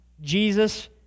Jesus